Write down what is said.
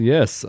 Yes